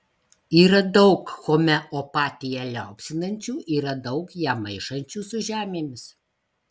yra daug homeopatiją liaupsinančių yra daug ją maišančių su žemėmis